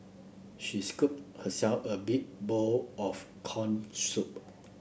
she scooped herself a big bowl of corn soup